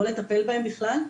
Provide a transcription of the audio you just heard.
לא לטפל בהם בכלל?